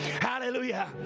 Hallelujah